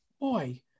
boy